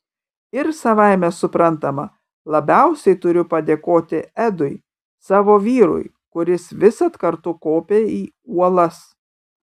ir savaime suprantama labiausiai turiu padėkoti edui savo vyrui kuris visad kartu kopia į uolas